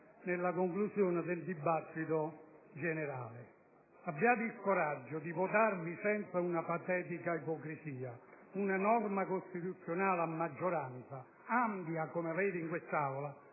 nella conclusione del dibattito generale. Abbiate il coraggio di votarvi senza una patetica ipocrisia una norma costituzionale a maggioranza, che è ampia, come l'avete in quest'Aula